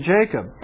Jacob